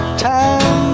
time